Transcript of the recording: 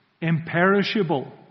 imperishable